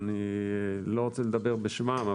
אני לא רוצה לדבר בשמם,